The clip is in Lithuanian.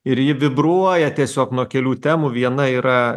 ir ji vibruoja tiesiog nuo kelių temų viena yra